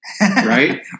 Right